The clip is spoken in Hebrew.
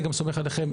אני גם סומך עליכם,